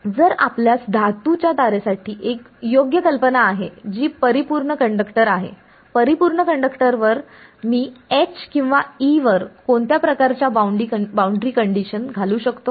तर जर आपल्यास धातूच्या तारासाठी एक योग्य कल्पना आहे जी परिपूर्ण कंडक्टर आहे परिपूर्ण कंडक्टर वर मी H किंवा E वर कोणत्या प्रकारच्या बाउंड्री कंडिशन घालू शकतो